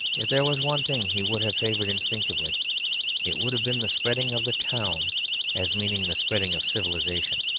if there was one thing he would have favoured instinctively it would have been the spreading of the town as meaning the spreading of civilisation.